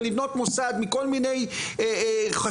ולבנות מוסד מכל מיני חשיבה,